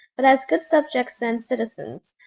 but as good subjects and citizens,